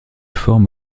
forme